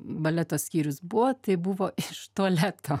baleto skyrius buvo tai buvo iš tualeto